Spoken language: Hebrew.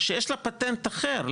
שיש לה פטנט אחר,